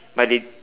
but they